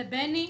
בני,